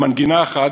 במנגינה אחת,